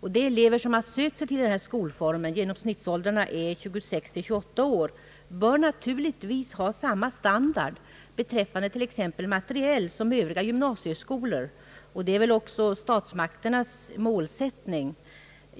De elever som har sökt sig till denna skolform — genomsnittsåldern är 26— 28 år — bör naturligtvis ha samma standard beträffande t.ex. materiel som elever vid övriga gymnasieskolor. Detta är väl också statsmakternas målsättning.